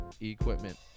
equipment